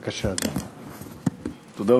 בבקשה, אדוני.